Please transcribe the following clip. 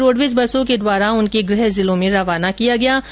इन्हें रोडवेज बसों के द्वारा उनके गृह जिलों में रवाना किया गया